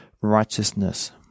righteousness